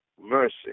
mercy